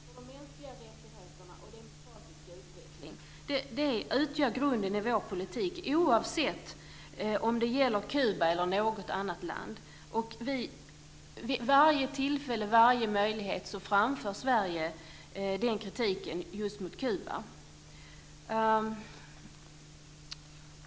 Fru talman! Respekt för mänskliga rättigheter och demokratisk utveckling utgör grunden i vår politik oavsett om det gäller Kuba eller något annat land. Vid varje möjligt tillfälle framför Sverige den kritiken mot just Kuba.